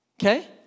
Okay